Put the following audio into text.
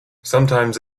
sometimes